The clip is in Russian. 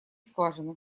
скважины